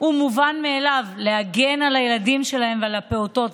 מובן מאליו: להגן על הילדים שלהם ועל הפעוטות.